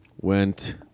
went